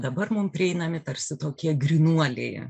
dabar mum prieinami tarsi tokie grynuoliai